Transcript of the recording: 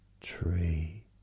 tree